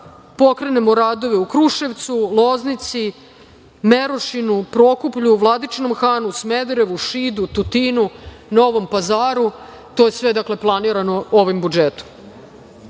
pokrenemo radove u Kruševcu, Loznici, Merošini, Prokuplju, Vladičinom Hanu, Smederevu, Šidu, Tutinu, Novom Pazaru. To je sve, dakle, planirano ovim